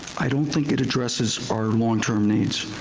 i don't think it addresses our longterm needs.